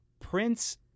prince